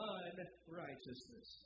unrighteousness